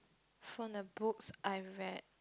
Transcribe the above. from the books I read